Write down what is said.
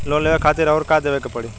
Loan लेवे खातिर अउर का देवे के पड़ी?